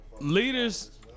leaders